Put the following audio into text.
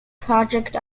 project